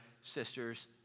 sister's